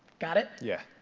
got it? yeah.